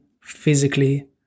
physically